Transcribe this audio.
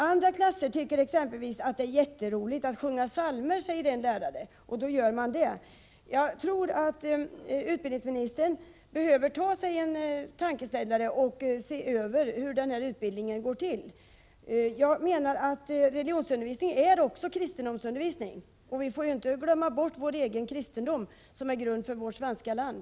”Andra klasser tycker det är jätteroligt att exempelvis sjunga psalmer”, säger en lärare — och då sjunger man psalmer. Jag tror att skolministern behöver ta sig en funderare och se över hur religionsutbildningen går till. Religionsundervisning är också kristendomsundervisning. Vi får inte glömma bort vår egen kristendom, som är grunden för vårt land.